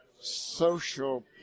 social